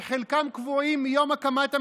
שחלקם קבועים מיום הקמת המדינה.